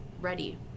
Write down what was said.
ready